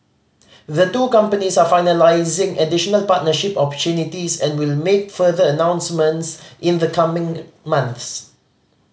the two companies are finalising additional partnership opportunities and will make further announcements in the coming months